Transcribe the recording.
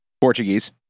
Portuguese